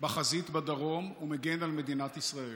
בחזית בדרום ומגן על מדינת ישראל.